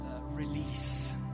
release